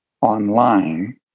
online